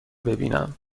ببینم